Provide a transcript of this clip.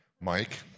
Mike